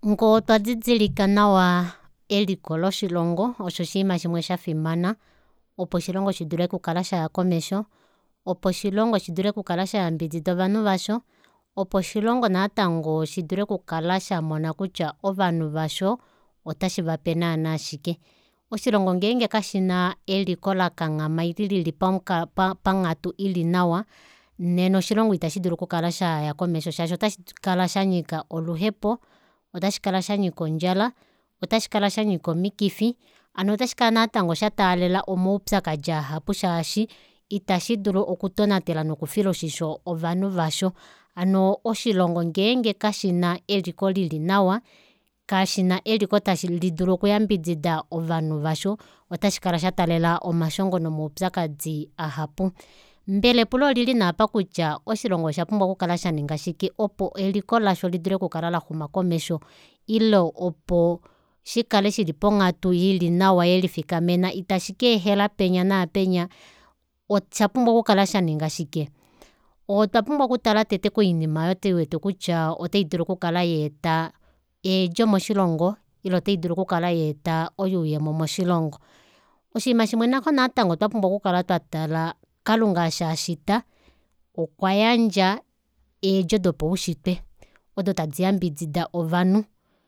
Ngoo otwa didilika nawa eliko loshilongo osho oshiima shimwe shafimana opo oshilongo shetu shidule oku kala shaya komesho opo oshilongo shidule oku kala shayambidida ovanhu vasho opo oshilongo natango shikale shamona kutya ovanhu vasho ota shivape naana shike oshilongo ngeenge kashina eliko lakanghama ile lili panghatu ili nawa nena oshilongo ita shidulu ku kala shaya komesho shaashi ota shikala shaa shanyika oluhepo ota shikala shanyika ondjala ota shikala shanyika omikifi hano ota shikala natango sha taalela omaupyakadi ahapu shaashi ita shidulu oku tonatela noku fila oshisho ovanhu vasho hano oshilongo ngeenge kashina eliko lili nawa kashina eliko tali dulu oku yambidida ovanhu vasho otashikala sha taalela omashongo nomaupyakadi ahapu mbela epulo olili naapa kutya oshilongo osha pumbwa okukala shaninga shike opo eliko lasho likale laxuma komesho ile opo shikale shili ponghatu ili nawa yelifikamena itashikeehela penya naapenya osha pumbwa oku kala shaninga shike otwapumbwa oku tala tete koinima aayo tuwete kutya oita idulu okweeta eedjo moshilongo ile ota idulu oku kala yeeta oyuuyemo moshilongo oshiima shimwe noxo natango twapumbwa oku kala twa tala kalunga eshi ashita okwa yandja eedjo dopaushitwe odo tadi yambidida ovanhu